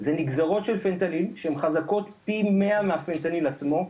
זה הנגזרות של פנטניל שהם חזקות פי מאה מהפנטניל עצמו,